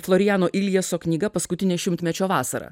floriano iljeso knyga paskutinė šimtmečio vasara